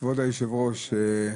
יושבי-ראש הוועדות,